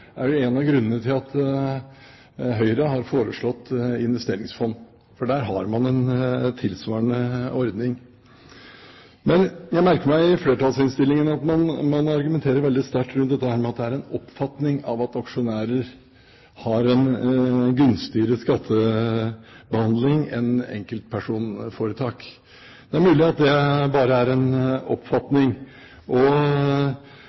en av grunnene til at Høyre har foreslått investeringsfond, for der har man en tilsvarende ordning. Men jeg merker meg at man i flertallsinnstillingen argumenterer veldig sterkt rundt dette med at det er en oppfatning av at aksjonærer har en gunstigere skattebehandling enn enkeltpersonforetak. Det er mulig at det bare er en oppfatning, og